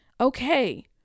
okay